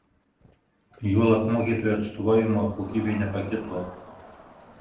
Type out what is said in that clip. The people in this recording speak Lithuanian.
juolab mokytojų atstovavimo kokybė nepakito